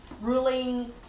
ruling